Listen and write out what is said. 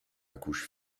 accouche